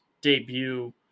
debut